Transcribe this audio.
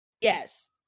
Yes